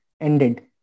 ended